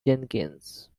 jenkins